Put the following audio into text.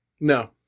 No